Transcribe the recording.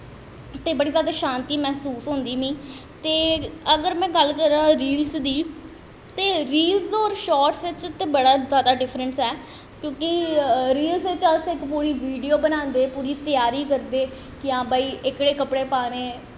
ते बड़ी जादा शांती मैह्सूस होंदी मीं ते अगर में गल्ल करां रीलस दी ते रीलस और शॉर्ट्स च बड़ा जादा डिफ्रैंस ऐ क्योंकि रील्स च अस इक पूरी वीडियो बनांदे पूरी तैयारी करदे कि हां भाई एह्कड़े कपड़े पाने